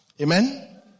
Amen